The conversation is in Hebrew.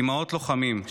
אימהות לוחמים,